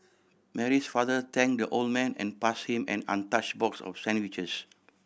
Mary's father thank the old man and pass him an untouch box of sandwiches